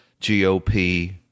GOP